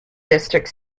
district